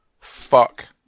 Fuck